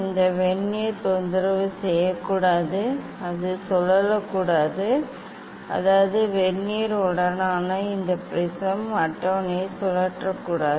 இந்த வெர்னியர் தொந்தரவு செய்யக்கூடாது அது சுழலக்கூடாது அதாவது வெர்னியர் உடனான இந்த ப்ரிஸ்ம் அட்டவணையை நாம் சுழற்றக்கூடாது